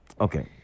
okay